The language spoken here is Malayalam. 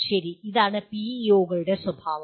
ശരി അതാണ് പിഇഒകളുടെ സ്വഭാവം